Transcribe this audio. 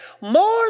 more